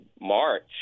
March